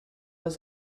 was